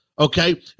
Okay